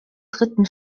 dritten